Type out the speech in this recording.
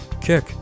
kick